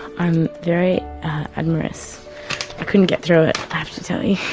i'm very admirous. i couldn't get through to tell you.